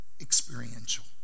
experiential